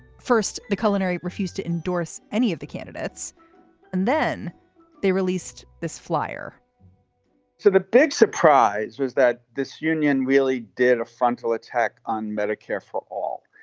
first, the culinary refused to endorse any of the candidates and then they released this flyer so the big surprise was that this union really did a frontal attack on medicare for all.